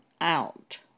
out